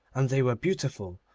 and they were beautiful.